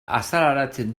azaleratzen